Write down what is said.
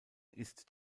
ist